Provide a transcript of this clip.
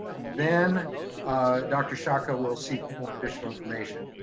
then dr. sciacca will seek more additional information.